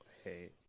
Hey